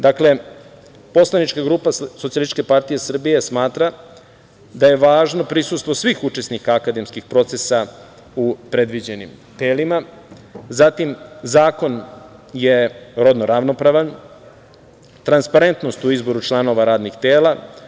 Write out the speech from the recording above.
Dakle, poslanička grupa SPS smatra da je važno prisustvo svih učesnika akademskih procesa u predviđenim telima, zatim zakon je rodno ravnopravan, transparentnost u izboru članova radnih tela.